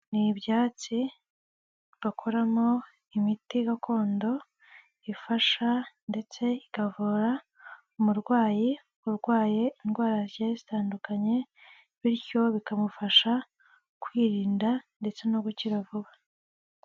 Ni ibyatsi bakoramo imiti gakondo ifasha ndetse ikavura umurwayi urwaye indwara zigiye zitandukanye, bityo bikamufasha kwirinda ndetse no gukira vuba.